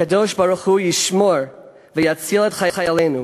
הקדוש-ברוך-הוא ישמור ויציל את חיילינו